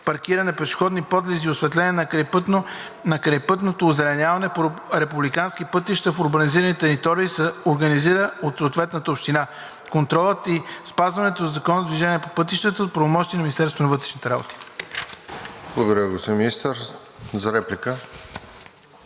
паркингите, пешеходните подлези, на осветлението и крайпътното озеленяване по републиканските пътища в урбанизираните територии се организира от съответната община. Контролът по спазването на Закона за движение по пътищата е от правомощията на Министерството на вътрешните работи.